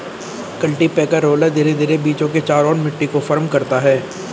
cultipacker roller धीरे धीरे बीजों के चारों ओर मिट्टी को फर्म करता है